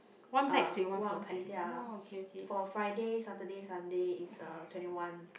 uh one pax ya for Friday Saturday Sunday it's uh twenty one